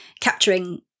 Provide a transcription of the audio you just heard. capturing